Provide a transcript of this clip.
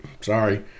Sorry